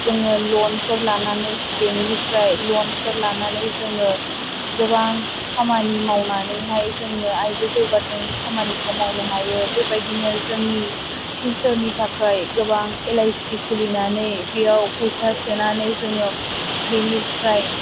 जोङो लनफोर लानानै बेंकनिफ्राय लनफोर लानानै जोङो गोबां खामानि मावनानै हाय जोङो आइजो जौगाथायनि खामानिखौ मावनो हायो बेबायदिनो जोंनि फिउसारनि थाखाय गोबां एल आइ सि खुलिनानै बियाव फैसा सोनानै जोङो बेनिफ्राय